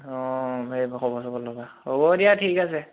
অঁ হেৰি খবৰ চবৰ ল'বা হ'ব দিয়া ঠিক আছে